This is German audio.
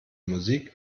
musik